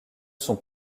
sont